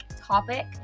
topic